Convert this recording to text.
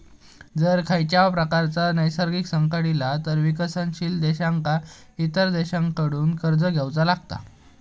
जर खंयच्याव प्रकारचा नैसर्गिक संकट इला तर विकसनशील देशांका इतर देशांकडसून कर्ज घेवचा लागता